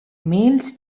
males